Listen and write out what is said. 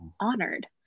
honored